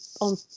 on